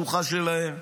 שלוחה שלהם.